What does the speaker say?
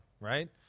right